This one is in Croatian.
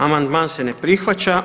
Amandman se ne prihvaća.